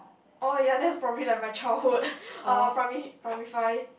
oh ya that's probably like my childhood uh primary primary five